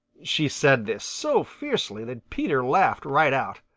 she said this so fiercely that peter laughed right out.